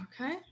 Okay